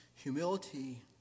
Humility